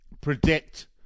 predict